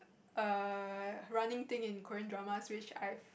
err running thing in Korean dramas which I